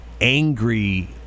angry